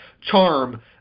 charm